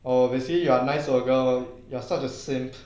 oh they say you are nice to a girl you are such a simp